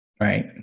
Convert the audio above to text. right